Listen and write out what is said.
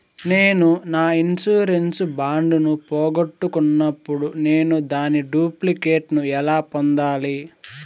నేను నా insurance bond ను పోగొట్టుకున్నప్పుడు నేను దాని డూప్లికేట్ ను ఎలా పొందాలి?